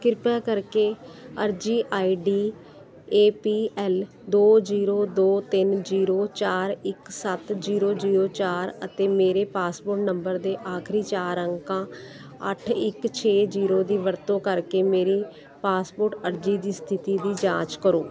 ਕ੍ਰਿਪਾ ਕਰਕੇ ਅਰਜੀ ਆਈਡੀ ਏ ਪੀ ਐਲ ਦੋ ਜੀਰੋ ਦੋ ਤਿੰਨ ਜੀਰੋ ਚਾਰ ਇੱਕ ਸੱਤ ਜੀਰੋ ਜੀਰੋ ਚਾਰ ਅਤੇ ਮੇਰੇ ਪਾਸਪੋਰਟ ਨੰਬਰ ਦੇ ਆਖਰੀ ਚਾਰ ਅੰਕਾਂ ਅੱਠ ਇੱਕ ਛੇ ਜੀਰੋ ਦੀ ਵਰਤੋਂ ਕਰਕੇ ਮੇਰੀ ਪਾਸਪੋਰਟ ਅਰਜੀ ਦੀ ਸਥਿਤੀ ਦੀ ਜਾਂਚ ਕਰੋ